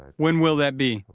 when will that be?